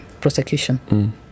prosecution